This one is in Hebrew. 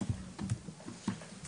ההשלכות